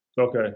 Okay